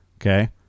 okay